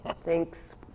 Thanks